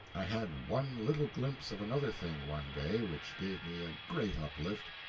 i had one little glimpse of another thing, one day, which gave me a great uplift.